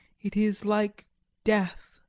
it is like death!